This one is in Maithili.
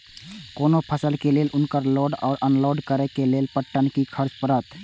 कोनो फसल के लेल उनकर लोड या अनलोड करे के लेल पर टन कि खर्च परत?